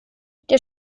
der